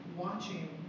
watching